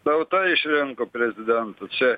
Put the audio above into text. tauta išrinko prezidentu čia